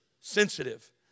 Sensitive